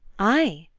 i?